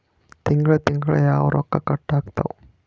ತಿಂಗಳ ತಿಂಗ್ಳ ಯಾವತ್ತ ರೊಕ್ಕ ಕಟ್ ಆಗ್ತಾವ?